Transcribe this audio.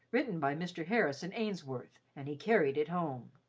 written by mr. harrison ainsworth, and he carried it home.